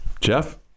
Jeff